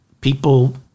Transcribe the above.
People